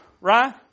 right